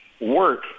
work